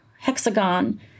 hexagon